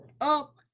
up